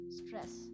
stress